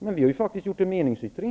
Det finns faktiskt en meningsyttring.